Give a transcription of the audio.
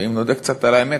ואם נודה קצת על האמת,